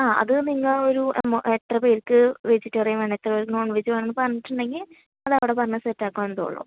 ആ അത് നിങ്ങൾ ഒരു എമ എത്ര പേർക്ക് വെജിറ്റേറിയൻ വേണം എത്ര പേർക്ക് നോൺവെജ് വേണമെന്ന് പറഞ്ഞിട്ടുണ്ടെങ്കിൽ അത് അവിടെ പറഞ്ഞ് സെറ്റ് ആക്കാവുന്നതേ ഉള്ളൂ